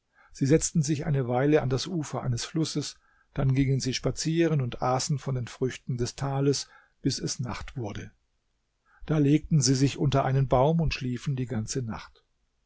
sie setzten sich eine weile an das ufer eines flusses dann gingen sie spazieren und aßen von den früchten des tales bis es nacht wurde da legten sie sich unter einen baum und schliefen die ganze nacht